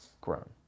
grown